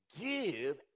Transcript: give